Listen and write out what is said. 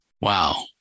wow